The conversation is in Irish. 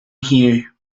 thaobh